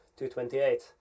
228